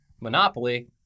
monopoly